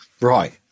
Right